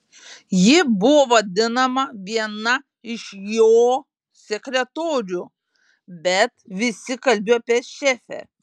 ji buvo vadinama viena iš jo sekretorių bet visi kalbėjo apie šefę